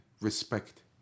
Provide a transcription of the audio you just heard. respect